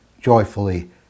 joyfully